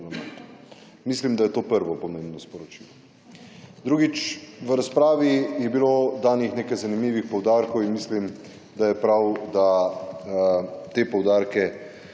Mislim, da je to prvo pomembno sporočilo. Drugič. V razpravi je bilo danih nekaj zanimivih poudarkov in mislim, da je prav, da te poudarke